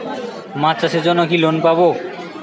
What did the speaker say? মাছ চাষের জন্য কি লোন পাব?